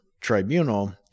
Tribunal